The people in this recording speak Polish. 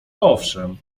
owszem